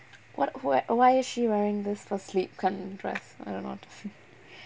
what why why is she wearing this for sleep cum dress I don't know what to say